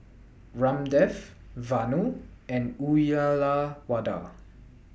Ramdev Vanu and Uyyalawada